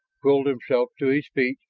pulled himself to his feet,